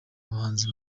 abahanzi